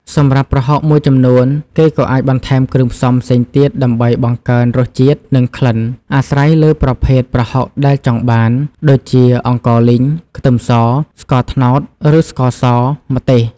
សម្រាប់ប្រហុកមួយចំនួន គេក៏អាចបន្ថែមគ្រឿងផ្សំផ្សេងទៀតដើម្បីបង្កើនរសជាតិ និងក្លិន អាស្រ័យលើប្រភេទប្រហុកដែលចង់បាន ដូចជា អង្ករលីង ខ្ទឹមស ស្ករត្នោត ឬស្ករស ម្ទេស។